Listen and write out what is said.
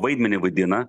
vaidmenį vaidina